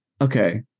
okay